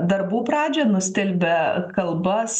darbų pradžią nustelbia kalbas